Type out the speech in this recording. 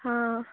हां